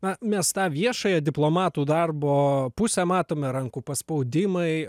na mes tą viešąją diplomatų darbo pusę matome rankų paspaudimai